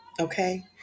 Okay